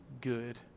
good